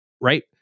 right